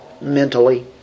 mentally